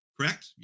Correct